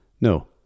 No